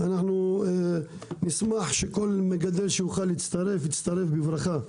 אנחנו נשמח לכל מגדל שיוכל להצטרף, יצטרף בברכה.